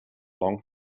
long